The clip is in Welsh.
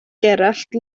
gerallt